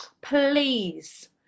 please